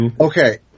Okay